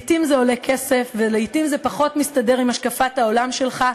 לעתים זה עולה כסף ולעתים זה פחות מסתדר עם השקפת העולם שלך,